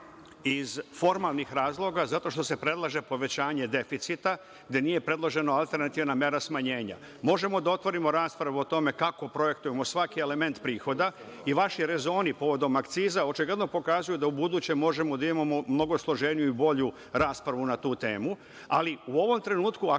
iz formalnih razloga, zato što se predlaže povećanje deficita, gde nije predložena alternativna mera smanjenja. Možemo da otvorimo raspravu o tome kako projektujemo svaki element prihoda, i vaši rezoni povodom akciza, očigledno pokazuju da ubuduće možemo da imamo mnogo složeniju i bolju raspravu na tu temu. U ovom trenutku, ako ne